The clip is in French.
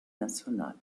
nationale